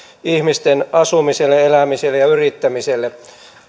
ihmisten asumiselle elämiselle ja yrittämiselle